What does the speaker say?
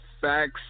facts